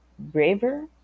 braver